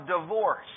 divorce